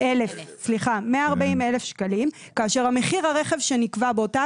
בנספח 140,000 שקלים כאשר מחיר הרכב שנקבע באותה